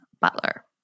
butler